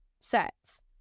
sets